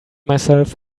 myself